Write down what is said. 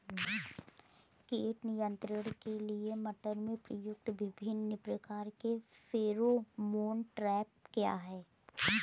कीट नियंत्रण के लिए मटर में प्रयुक्त विभिन्न प्रकार के फेरोमोन ट्रैप क्या है?